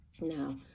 Now